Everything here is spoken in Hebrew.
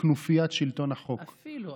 "כנופיית שלטון החוק" אפילו.